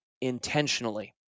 intentionally